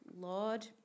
Lord